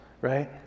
right